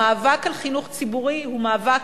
המאבק על חינוך ציבורי הוא מאבק